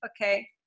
Okay